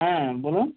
হ্যাঁ বলুন